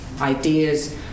ideas